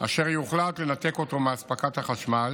אשר יוחלט לנתק אותו מאספקת החשמל,